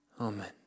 Amen